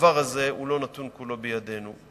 הדבר הזה לא נתון כולו בידינו,